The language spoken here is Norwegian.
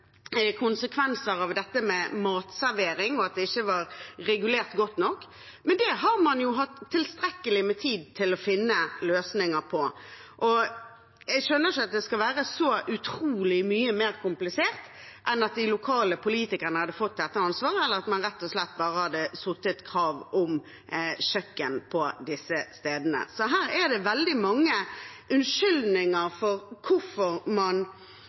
konsekvenser av dette med matservering, og at det ikke var regulert godt nok, men det har man hatt tilstrekkelig med tid til å finne løsninger på. Jeg skjønner ikke at det skal være så utrolig mye mer komplisert enn at de lokale politikerne kunne ha fått dette ansvaret, eller at man rett og slett bare hadde satt et krav om kjøkken på disse stedene. Så her er det veldig mange unnskyldninger for hvorfor man